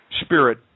spirit